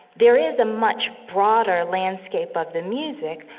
there is a much broader landscape of the music,